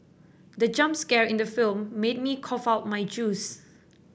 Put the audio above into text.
the jump scare in the film made me cough out my juice